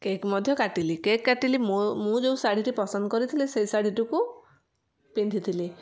cake ମଧ୍ୟ କାଟିଲି cake କାଟିଲି ମୁଁ ମୁଁ ଯେଉଁ ଶାଢ଼ୀଟି ପସନ୍ଦ କରିଥିଲି ସେ ଶାଢ଼ୀଟିକୁ ପିନ୍ଧିଥିଲି